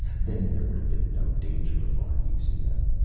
then there would have been no danger of our using them.